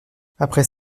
après